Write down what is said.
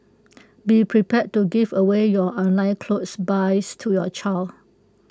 be prepared to give away your online clothes buys to your child